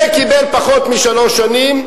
הוא קיבל פחות משלוש שנים,